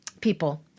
people